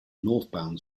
northbound